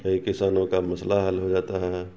کئی کسانوں کا مسئلہ حل ہو جاتا ہے